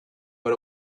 but